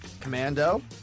Commando